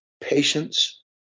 patience